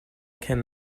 can